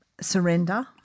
surrender